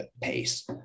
pace